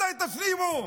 מתי תפנימו,